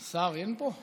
שר אין פה?